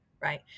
Right